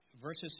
Verses